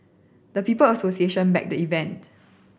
the People Association backed the event